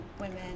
women